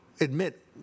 admit